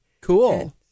cool